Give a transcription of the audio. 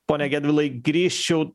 pone gedvilai grįžčiau